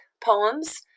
poems